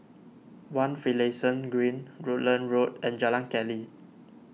one Finlayson Green Rutland Road and Jalan Keli